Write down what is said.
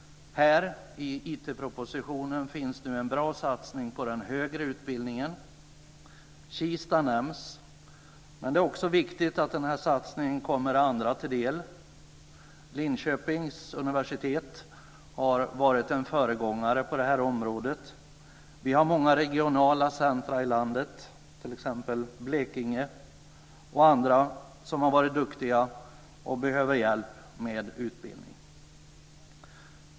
I IT-propositionen finns en bra satsning på den högre utbildningen. Kista nämns. Men det är också viktigt att den här satsningen kommer andra till del. Linköpings universitet har varit en föregångare på det här området. Vi har många regionala centrum i landet, t.ex. i Blekinge, som har varit duktiga och behöver hjälp med utbildning.